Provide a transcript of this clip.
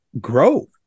grow